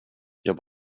jag